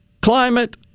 climate